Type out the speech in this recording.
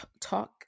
talk